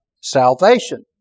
salvation